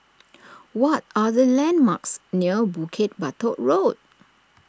what are the landmarks near Bukit Batok Road